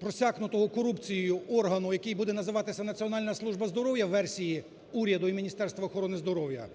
просякнутого корупцією органу, який буде називатися Національна служба здоров'я у версії уряду і Міністерства охорони здоров'я,